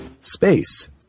space